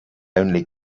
only